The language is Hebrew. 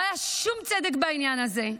לא היה שום צדק בעניין הזה.